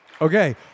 Okay